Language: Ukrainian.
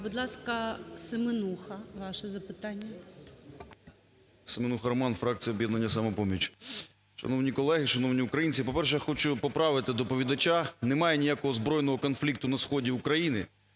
Будь ласка, Семенуха, ваше запитання. 12:58:22 СЕМЕНУХА Р.С. Семенуха Роман, фракція "Об'єднання "Самопоміч". Шановні колеги, шановні українці, по-перше, я хочу поправити доповідача, немає ніякого збройного конфлікту на сході України,